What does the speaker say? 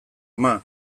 ama